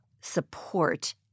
support